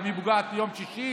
היא פוגעת גם ביום שישי